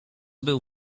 był